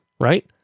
right